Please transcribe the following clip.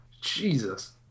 Jesus